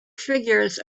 figures